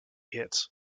hit